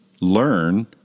learn